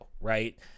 right